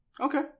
Okay